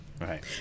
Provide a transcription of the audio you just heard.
Right